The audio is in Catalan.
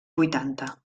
vuitanta